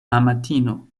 amatino